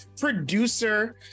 producer